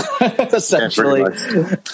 essentially